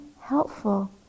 helpful